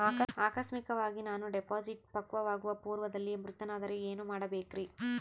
ಆಕಸ್ಮಿಕವಾಗಿ ನಾನು ಡಿಪಾಸಿಟ್ ಪಕ್ವವಾಗುವ ಪೂರ್ವದಲ್ಲಿಯೇ ಮೃತನಾದರೆ ಏನು ಮಾಡಬೇಕ್ರಿ?